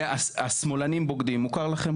השמאלנים בוגדים, מוכר לכם?